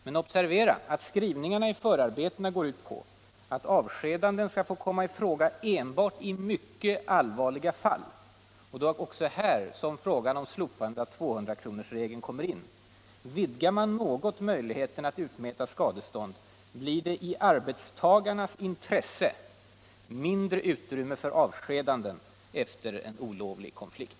Men observera att skrivningarna i förarbetena går ut på att avskedanden skall få komma i fråga enbart i mycket allvarliga fall. Det är just i det sammanhanget som frågan om slopandet av 200-kronorsregeln kommer in. Vidgar man något möjligheten att utmäta skadestånd, blir det i arbetstagarnas intresse mindre utrymme för avskedanden efter en olovlig konflikt.